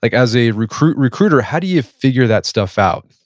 like as a recruiter recruiter how do you figure that stuff out?